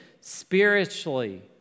Spiritually